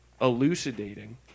elucidating